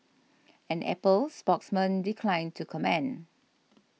an Apple spokesman declined to comment